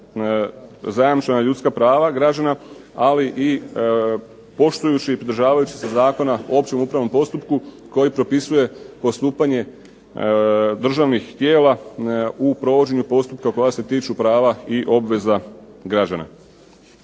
zajamčena ljudska prava građana, ali i poštujući i pridržavajući se Zakona o općem upravnom postupku koji propisuje postupanje državnih tijela u provođenju postupka koja se tiču prava i obveza građana.